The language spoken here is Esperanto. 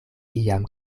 iam